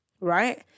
Right